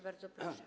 Bardzo proszę.